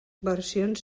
versions